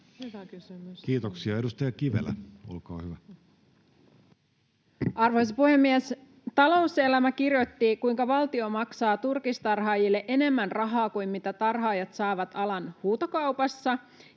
vuodelle 2025 Time: 17:12 Content: Arvoisa puhemies! Talouselämä kirjoitti, kuinka valtio maksaa turkistarhaajille enemmän rahaa kuin mitä tarhaajat saavat alan huutokaupassa,